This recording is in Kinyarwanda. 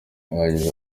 yagize